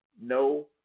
no